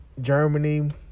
Germany